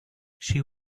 she